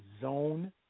zone